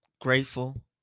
grateful